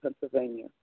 Pennsylvania